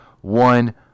one